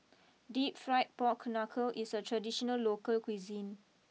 deep Fried Pork Knuckle is a traditional local cuisine